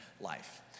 life